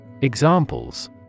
Examples